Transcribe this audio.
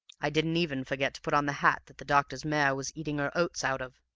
i didn't even forget to put on the hat that the doctor's mare was eating her oats out of,